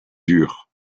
dur